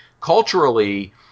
culturally